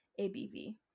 ABV